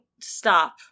stop